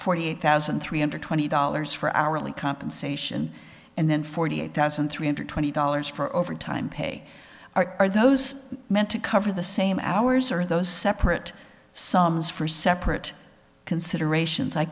forty eight thousand three hundred twenty dollars for hourly compensation and then forty eight thousand three hundred twenty dollars for overtime pay are those meant to cover the same hours or those separate sums for separate considerations i